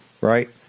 right